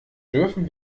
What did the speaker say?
dürfen